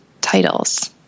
titles